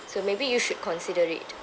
so maybe you should consider it